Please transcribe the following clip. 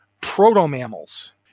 proto-mammals